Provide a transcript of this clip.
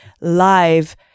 live